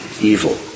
evil